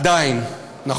עדיין, עדיין.